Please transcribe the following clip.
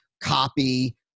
copy